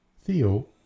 Theo